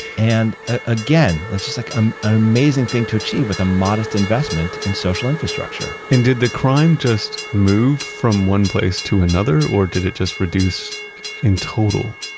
and ah again, that's just like an amazing thing to achieve with a modest investment in social infrastructure and did the crime just move from one place to another or did it just reduce in total?